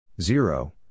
Zero